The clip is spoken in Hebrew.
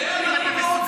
לא.